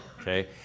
Okay